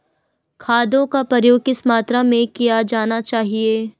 खादों का प्रयोग किस मात्रा में किया जाना चाहिए?